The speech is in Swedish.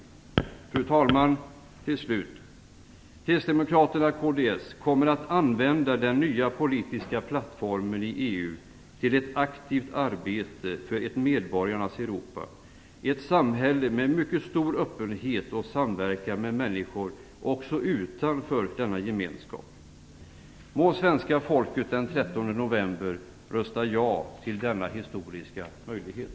Fru talman! Kristdemokraterna kommer att använda den nya politiska plattformen i EU till ett aktivt arbete för ett medborgarnas Europa, ett samhälle med mycket stor öppenhet och samverkan med människor också utanför denna gemenskap. Må svenska folket den 13 november rösta ja till denna historiska möjlighet!